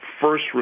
first